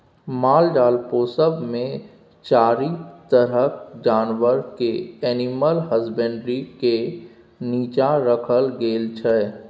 मालजाल पोसब मे चारि तरहक जानबर केँ एनिमल हसबेंडरी केर नीच्चाँ राखल गेल छै